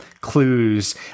clues